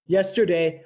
Yesterday